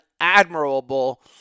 admirable